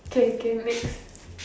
okay okay next